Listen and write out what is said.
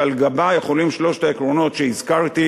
שעל גבה יכולים שלושת העקרונות שהזכרתי